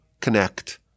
connect